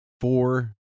four